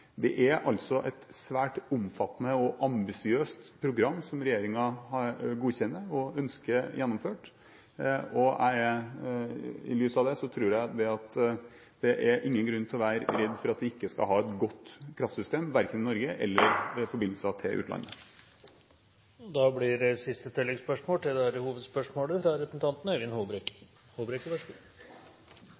Det er altså et svært omfattende og ambisiøst program regjeringen godkjenner og ønsker gjennomført. I lys av det tror jeg at det er ingen grunn til å være redd for at vi ikke skal ha et godt kraftsystem, verken i Norge eller i forbindelser til utlandet. Øyvind Håbrekke – til oppfølgingsspørsmål. Energiministeren trenger ikke være veldig forbauset over at det stilles spørsmål ved regjeringens holdning til